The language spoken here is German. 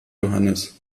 johannes